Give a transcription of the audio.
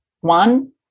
one